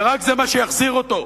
ורק זה מה שיחזיר אותו.